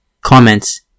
Comments